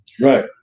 Right